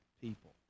people